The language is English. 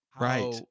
right